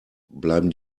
bleiben